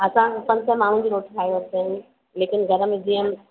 असां पंज सौ माण्हूनि जी रोटी ठाहे वठंदा आहियूं लेकिन घर में जीअं